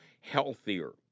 healthier